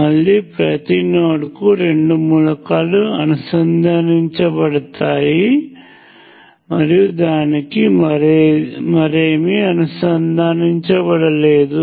మళ్ళీ ప్రతి నోడ్కు రెండు మూలకాలు అనుసంధానించబడతాయి మరియు దానికి మరేమీ అనుసంధానించబడలేదు